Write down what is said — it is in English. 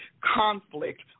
conflict